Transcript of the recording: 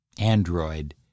Android